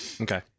Okay